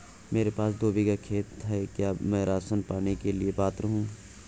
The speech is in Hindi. मेरे पास दो बीघा खेत है क्या मैं राशन पाने के लिए पात्र हूँ?